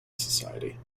society